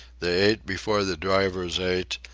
they ate before the drivers ate,